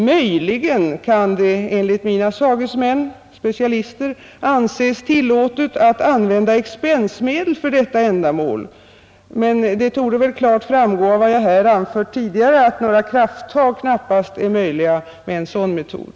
Möjligen kan det enligt mina sagesmän — de är specialister — anses tillåtet att använda expensmedel för detta ändamål, men det torde klart framgå av vad jag här tidigare har framfört, att några krafttag knappast är möjliga med en sådan metod.